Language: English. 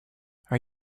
are